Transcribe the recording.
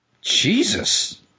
Jesus